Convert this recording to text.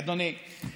אדוני,